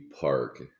park